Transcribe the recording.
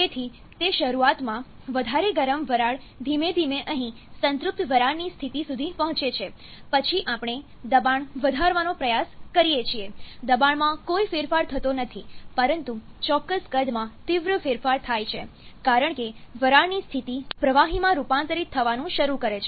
તેથી તે શરૂઆતમાં વધારેગરમ વરાળ ધીમે ધીમે અહીં સંતૃપ્ત વરાળની સ્થિતિ સુધી પહોંચે છે પછી આપણે દબાણ વધારવાનો પ્રયાસ કરીએ છીએ દબાણમાં કોઈ ફેરફાર થતો નથી પરંતુ ચોક્કસ કદમાં તીવ્ર ફેરફાર થાય છે કારણ કે વરાળની સ્થિતિ પ્રવાહીમાં રૂપાંતરિત થવાનું શરૂ કરે છે